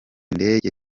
ndege